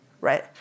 right